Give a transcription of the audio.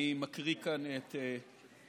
אני מקריא כאן את תשובתו: